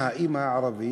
מה, האימא הערבייה